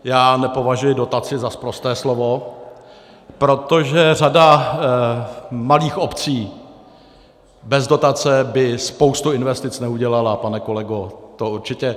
Já nepovažuji dotaci za sprosté slovo, protože řada malých obcí bez dotace by spoustu investic neudělala, pane kolego, to určitě.